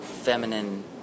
Feminine